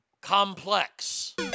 complex